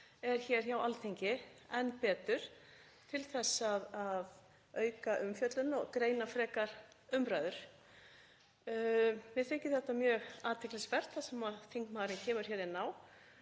sem er hjá Alþingi enn betur til þess að auka umfjöllun og greina frekar umræður. Mér þykir þetta mjög athyglisvert sem þingmaðurinn kemur inn á.